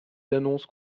d’annonces